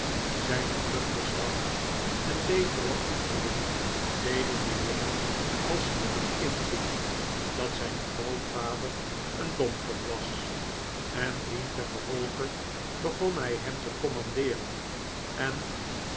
zijn vlug verstand en betere opvoeding deden den jongen al spoedig inzien dat zijn grootvader een domkop was en dientengevolge begon hij hem te commandeeren en